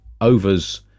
overs